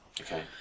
Okay